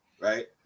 Right